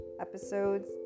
Episodes